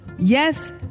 Yes